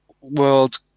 world